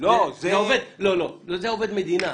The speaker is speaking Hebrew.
עובד מדינה.